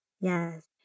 Yes